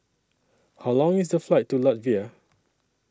How Long IS The Flight to Latvia